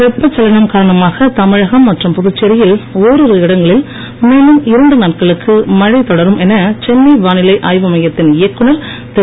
வெப்பச்சலனம் காரணமாக தமிழகம் மற்றும் புதுச்சேரியில் ஒரிரு இடங்களில் மேலும் இரண்டு நாட்களுக்கு மழை தொடரும் சென்னை வானிலை ஆய்வு மையத்தின் இயக்குதர் திரு